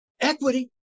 equity